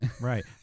Right